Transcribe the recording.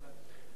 ההיגיון